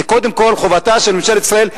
זה קודם כול חובתה של ממשלת ישראל כלפי עצמה,